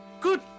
Good